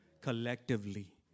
collectively